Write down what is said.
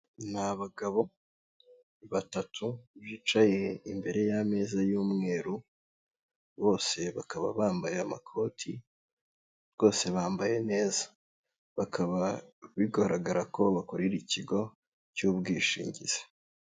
Ni abagabo batatu bicaye imbere y'ameza y'umweru, bose bakaba bambaye amakoti, rwose bambaye neza, bikaba bigaragara ko bakorera ikigo cy'ubwishingizi.